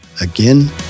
again